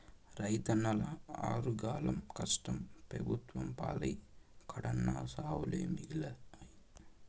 రైతన్నల ఆరుగాలం కష్టం పెబుత్వం పాలై కడన్నా సావులే మిగిలాయి